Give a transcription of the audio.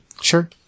Sure